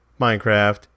Minecraft